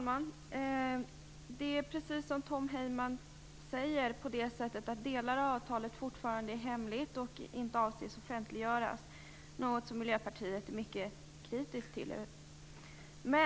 Fru talman! Precis som Tom Heyman sade är delar av avtalet fortfarande hemliga och avses inte offentliggöras, något som vi i Miljöpartiet är mycket kritiska till.